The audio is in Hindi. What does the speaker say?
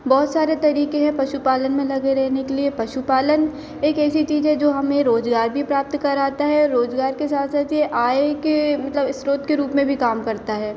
बहुत सारे तरीके हैं पशुपालन में लगे रहने के लिए पशुपालन एक ऐसी चीज़ है जो हमें रोज़गार भी प्राप्त कराता है रोज़गार के साथ साथ ये आय के मतलब स्रोत के रूप में भी काम करता है